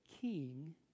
king